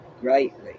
greatly